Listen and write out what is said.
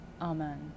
Amen